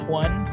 one